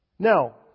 Now